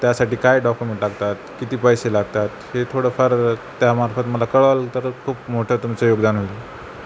त्यासाठी काय डॉक्युमेंट लागतात किती पैसे लागतात हे थोडंफार त्यामार्फत मला कळलं तर खूप मोठं तुमचं योगदान होईल